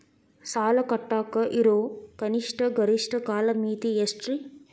ಸಾಲ ಕಟ್ಟಾಕ ಇರೋ ಕನಿಷ್ಟ, ಗರಿಷ್ಠ ಕಾಲಮಿತಿ ಎಷ್ಟ್ರಿ?